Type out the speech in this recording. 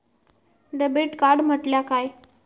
Debit card म्हटल्या काय?